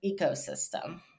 ecosystem